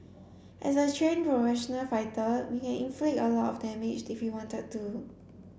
as a trained professional fighter we can inflict a lot of damage if we wanted to